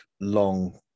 long